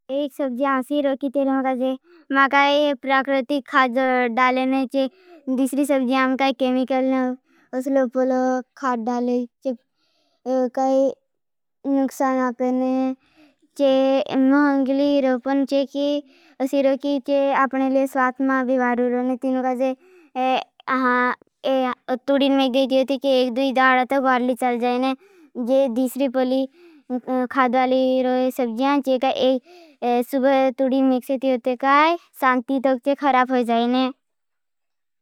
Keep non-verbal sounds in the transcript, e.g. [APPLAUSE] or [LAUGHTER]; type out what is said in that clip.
एक सब्जियां [UNINTELLIGIBLE] हमें आपका प्राकृतिक खाड़ डालें हैं। दीसरी सब्जियां केमिकल खाड़ डालें हैं। [HESITATION] काई नुक्सान आपें ते महंगली रोपन। [UNINTELLIGIBLE] हमें आपके लिए स्वास्तमा भिवारू रोणें ते। तूड़ी में जय निकले के ते चल जय ने। ते तिश्री पुली खा दाल री सब्जीया। जिनका एक सुबह [HESITATION] तूड़ी तये शाम तकय खराब होई जय ने।